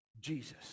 Jesus